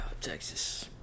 Texas